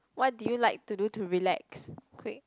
what do you like to do to relax quick